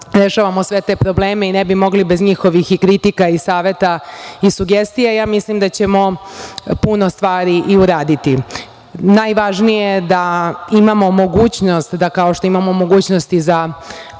rešavamo sve te probleme i ne bi mogli bez njihovih kritika i saveta i sugestija, ja mislim da ćemo puno stvari i uraditi. Najvažnije je da imamo mogućnost, kao što imamo mogućnosti za